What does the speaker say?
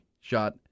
shot